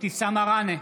אבתיסאם מראענה,